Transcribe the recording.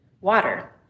water